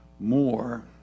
More